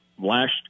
last